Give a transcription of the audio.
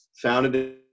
founded